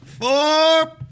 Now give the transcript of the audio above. Four